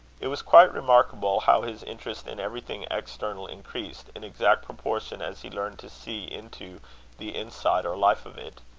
it was quite remarkable how his interest in everything external increased, in exact proportion as he learned to see into the inside or life of it.